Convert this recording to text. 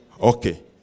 Okay